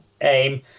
AIM